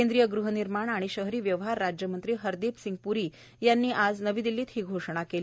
केंद्रीय गृहनिर्माण आणि शहरी व्यवहार राज्यमंत्री हरदीपसिंग प्री यांनी आज नवी दिल्लीत ही घोषणा केली